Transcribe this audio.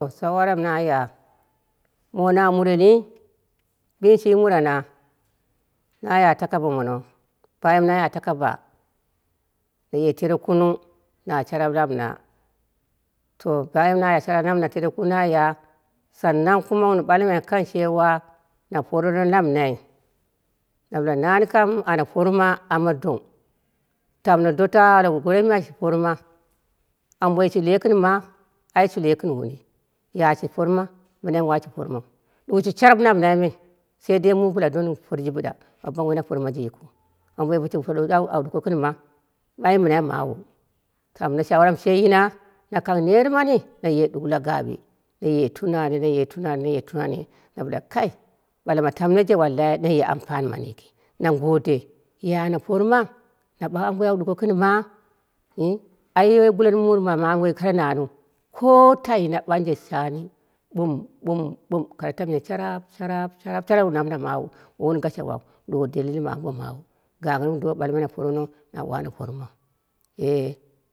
Shawara mɨ naya mono a mureni bishi murana, naya takaba mono bayan naya takaba, naye tere kunung na sharap lamna, to bayan na naye tere naya sannau kumu wun ɓalmai cewa na porno lamnai. na ɓale nani kam ana porma amma dong. Tamno dota a ɓale goromi ashi porma, amboi shi loi gɨn ma ai shi loi gɨn wuni yaya ashi porma mɨnai washi pormau, ɗuwoshi sharap lamnai me, sai dei muu bɨla don porji bɨɗa aban woi na pormaji yikɨu. Amboi boshi poroshi au ɗukoi gɨnma ɓanje mɨnai mawu, tamno shawara mɨ she yina na kang neet mani naye duk la gaɓi naye tunanai, naye tu nani, naye tunani. na ɓale kai ɓala ma tamnoije wallahi naye ampani mani yiki. Na ngode yaya ana porma na ɓak amboi au ɗuko gɨnma, nyi ai woi duwa murum ma ma mi woi koro naniu, ai ko ta ina shani ɓum, ɓum, ɓum, koro tamyen sharap, sharap sharap wun lamna mawu woi wun gashawau dalili ma ambo mawu ganhre wun do ɓalmai na porno na wane pormau ye.